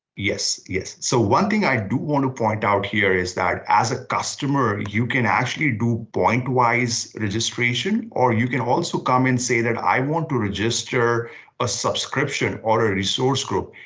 yes. so one thing i do want to point out here is that as a customer, you can actually do point-wise registration or you can also come and say that i want to register a subscription or a resource group.